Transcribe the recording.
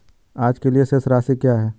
आज के लिए शेष राशि क्या है?